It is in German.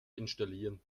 installieren